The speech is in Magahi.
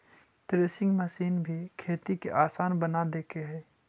थ्रेसिंग मशीन भी खेती के आसान बना देके हइ